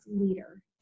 Leader